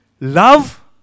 love